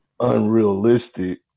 unrealistic